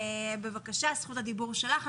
בבקשה, זכות הדיבור שלך.